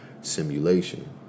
simulation